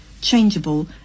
changeable